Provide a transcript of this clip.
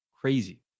Crazy